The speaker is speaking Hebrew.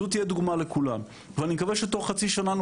זו תהיה דוגמא לכולם ואני מקווה שתוך חצי שנה,